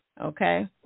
Okay